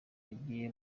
agiye